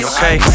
Okay